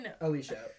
Alicia